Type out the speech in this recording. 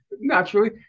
naturally